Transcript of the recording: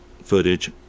footage